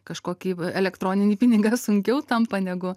kažkokį elektroninį pinigą sunkiau tampa negu